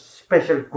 special